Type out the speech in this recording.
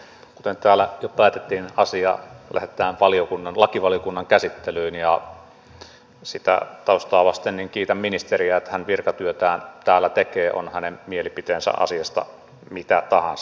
kuten täällä jo päätettiin asia lähetetään lakivaliokunnan käsittelyyn ja sitä taustaa vasten kiitän ministeriä että hän virkatyötään täällä tekee on hänen mielipiteensä asiasta mitä tahansa